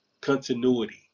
continuity